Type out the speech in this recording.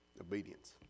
Obedience